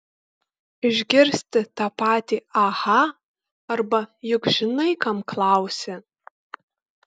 išgirsti tą patį aha arba juk žinai kam klausi